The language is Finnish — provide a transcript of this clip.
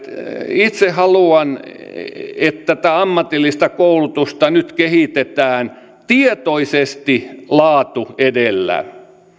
itse haluan että tätä ammatillista koulutusta nyt kehitetään tietoisesti laatu edellä